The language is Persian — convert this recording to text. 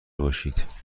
باشید